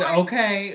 okay